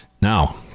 Now